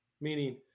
Meaning